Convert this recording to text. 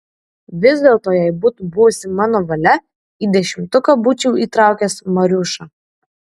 vis dėlto jei būtų buvusi mano valia į dešimtuką būčiau įtraukęs mariušą